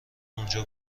اونجا